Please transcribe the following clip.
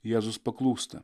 jėzus paklūsta